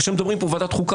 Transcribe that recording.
כשמדברים פה בוועדת החוקה,